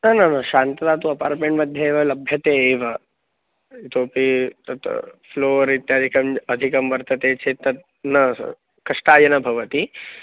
न न न शान्तता तु अपार्ट्मेण्ट्मध्ये एव लभ्यते एव इतोपि तत् फ़्लोर् इत्यादिकम् अधिकं वर्तते चेत् तद् न कष्टाय न भवति